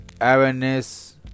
awareness